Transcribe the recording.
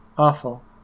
awful